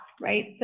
right